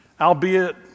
albeit